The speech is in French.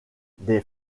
des